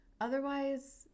Otherwise